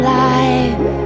life